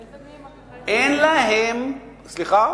איזה, סליחה?